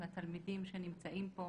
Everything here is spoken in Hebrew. התלמידים שנמצאים פה,